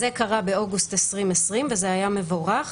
זה קרה באוגוסט 2020 וזה היה מבורך,